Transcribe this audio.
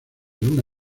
luna